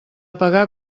pagar